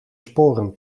sporen